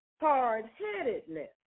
hard-headedness